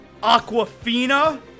Aquafina